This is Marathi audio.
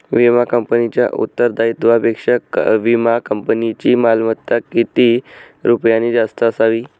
विमा कंपनीच्या उत्तरदायित्वापेक्षा विमा कंपनीची मालमत्ता किती रुपयांनी जास्त असावी?